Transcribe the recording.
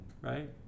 right